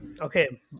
Okay